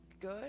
good